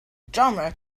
drummer